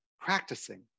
practicing